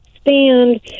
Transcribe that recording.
stand